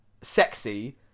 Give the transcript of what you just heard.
sexy